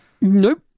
Nope